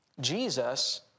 Jesus